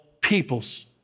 peoples